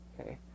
okay